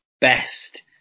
Best